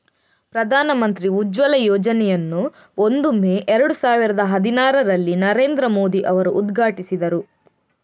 ಪ್ರಧಾನ ಮಂತ್ರಿ ಉಜ್ವಲ ಯೋಜನೆಯನ್ನು ಒಂದು ಮೇ ಏರಡು ಸಾವಿರದ ಹದಿನಾರರಲ್ಲಿ ನರೇಂದ್ರ ಮೋದಿ ಅವರು ಉದ್ಘಾಟಿಸಿದರು